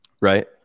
Right